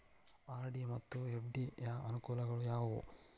RD ಮತ್ತು FD ಯ ಅನುಕೂಲಗಳು ಯಾವವು?